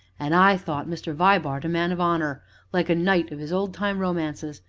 and i thought mr. vibart a man of honor like a knight of his old-time romances,